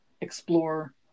explore